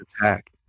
attack